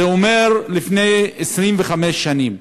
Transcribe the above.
זה אומר לפני 25 שנים,